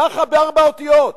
ככה בארבע אותיות.